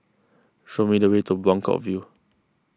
show me the way to Buangkok View